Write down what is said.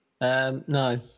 No